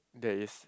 there is